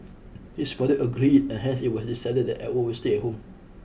his mother agreed and hence it was decided that Edward would stay at home